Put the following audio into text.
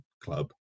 club